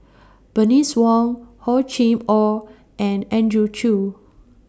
Bernice Wong Hor Chim Or and Andrew Chew